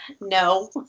No